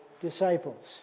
disciples